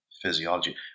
physiology